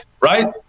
right